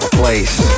place